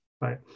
Right